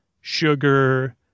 sugar